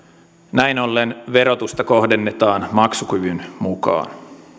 näin ollen verotusta kohdennetaan maksukyvyn mukaan